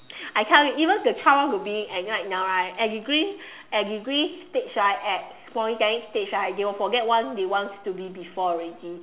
I tell you even the child want to be and right now right at degree at degree stage right at Polytechnic stage right they will forget what they want to be before already